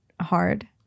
hard